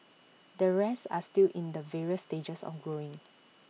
the rest are still in the various stages of growing